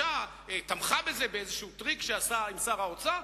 האשה תמכה בזה באיזשהו טריק שנעשה עם שר האוצר,